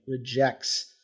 rejects